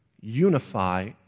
unify